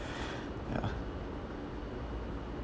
ya